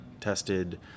tested